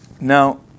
now